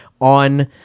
on